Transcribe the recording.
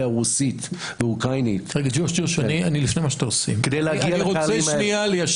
הרוסית והאוקראינית כדי להגיע לקהלים האלה.